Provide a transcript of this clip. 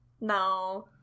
No